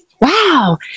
Wow